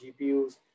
GPUs